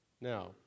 Now